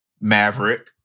Maverick